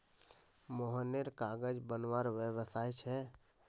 मोहनेर कागज बनवार व्यवसाय छे